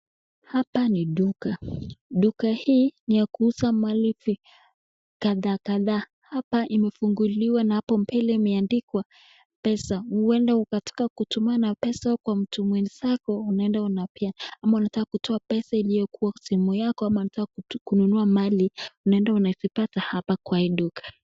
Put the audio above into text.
Hapa ni duka, duka hii ni ya kuuza mali kadhaa kadhaa, hapa imefunguliwa na hapo mbele imeandikwa Mpesa, huenda ukataka kutumana pesa kwa mtu mwenzako unaenda unapeana ama unataka kutoa pesa iliyokuwa kwa simu yako ama unataka kununua mali ,unaenda unavipata hapa kwa hii duka.